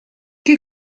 che